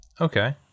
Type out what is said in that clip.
okay